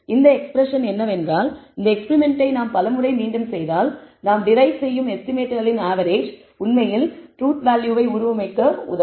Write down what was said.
இந்த எக்ஸ்ப்ரெஸ்ஸன் என்னவென்றால் இந்த எக்ஸ்பிரிமெண்ட்டை நாம் பலமுறை மீண்டும் செய்தால் நாம் டெரிவ் செய்யும் எஸ்டிமேட்களின் ஆவெரேஜ் உண்மையில் டுரூத் வேல்யூவை உருவமைப்ப உதவும்